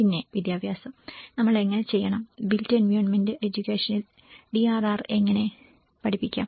പിന്നെ വിദ്യാഭ്യാസം നമ്മൾ എങ്ങനെ ചെയ്യണം ബിൽറ്റ് എൻവയോൺമെന്റ് എഡ്യൂക്കേഷനിൽ ഡിആർആർ എങ്ങനെ പഠിപ്പിക്കാം